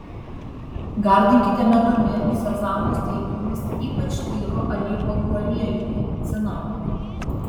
gardinkite medumi sezamo sėklomis ypač tyru alyvuogių aliejumi cinamonu